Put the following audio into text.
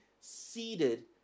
seated